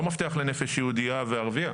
לא מפתח לנפש יהודייה וערבייה,